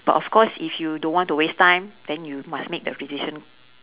but of course if you don't want to waste time then you must make the decision